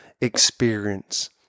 experience